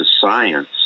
science